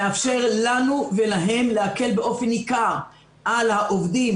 שמאפשר לנו ולהם להקל באופן ניכר על העובדים